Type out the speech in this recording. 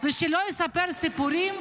שלא יספר סיפורים -- תודה.